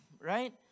Right